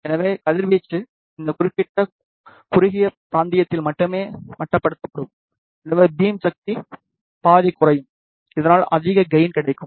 எனவே கதிர்வீச்சு இந்த குறிப்பிட்ட குறுகிய பிராந்தியத்தில் மட்டுமே மட்டுப்படுத்தப்படும் எனவே பீம் சக்தி பாதி குறையும் இதனால் அதிக கெயின் கிடைக்கும்